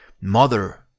mother